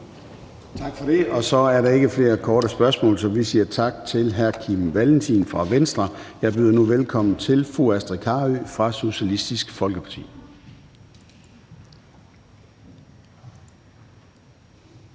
Tak for det. Så er der ikke flere korte bemærkninger, så vi siger tak til hr. Kim Valentin fra Venstre. Jeg byder nu velkommen til fru Astrid Carøe fra Socialistisk Folkeparti.